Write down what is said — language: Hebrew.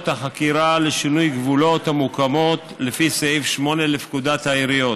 החקירה לשינוי גבולות המוקמות לפי סעיף 8 לפקודת העיריות.